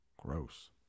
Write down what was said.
Gross